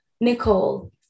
Nicole